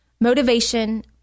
motivation